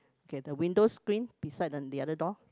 okay the windows screen beside on the other door